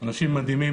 שהם אנשים מדהימים.